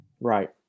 right